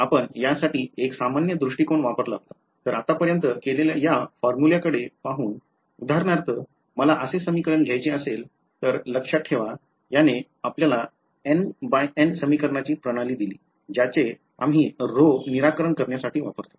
आपण यासाठी एक सामान्य दृष्टीकोन वापरला होता तर आतापर्यंत केलेल्या या फॉर्म्युलाकडे पाहून उदाहरणार्थ मला असे समीकरण घ्यायचे असेल तर लक्षात ठेवा याने आपल्याला NxN समीकरणाची प्रणाली दिली ज्याचे आम्ही ρ निराकरण करण्यासाठी वापरतो